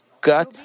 God